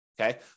okay